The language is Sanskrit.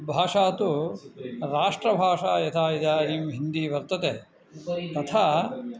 भाषा तु राष्ट्रभाषा यथा इदानीं हिन्दी वर्तते तथा